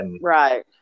Right